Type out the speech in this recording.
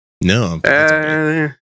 No